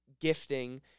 gifting